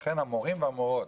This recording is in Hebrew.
לכן המורים והמורות